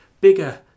bigger